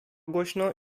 głośno